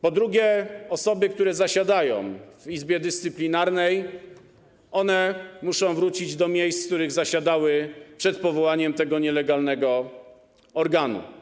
Po drugie, osoby, które zasiadają w Izbie Dyscyplinarnej, muszą wrócić do miejsc, w których zasiadały przed powołaniem tego nielegalnego organu.